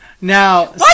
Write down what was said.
Now